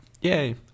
Yay